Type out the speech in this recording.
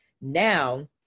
Now